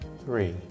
Three